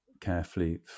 carefully